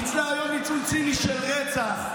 ניצלה היום ניצול ציני של רצח,